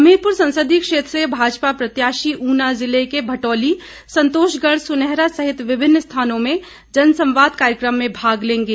हमीरपुर संसदीय क्षेत्र से भाजपा प्रत्याशी ऊना जिला के भटोली संतोषगढ़ सुनेहरा सहित विभिन्न स्थानों में जनसंवाद कार्यक्रम में भाग लेंगे